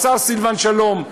השר סילבן שלום,